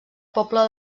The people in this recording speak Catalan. pobla